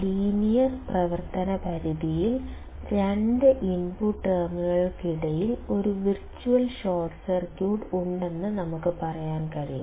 linear പ്രവർത്തന പരിധിയിൽ രണ്ട് ഇൻപുട്ട് ടെർമിനലുകൾക്കിടയിൽ ഒരു വെർച്വൽ ഷോർട്ട് സർക്യൂട്ട് ഉണ്ടെന്ന് നമുക്ക് പറയാൻ കഴിയും